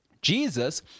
Jesus